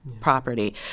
property